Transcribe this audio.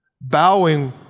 bowing